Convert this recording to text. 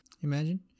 Imagine